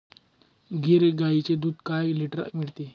गीर गाईचे दूध काय लिटर मिळते?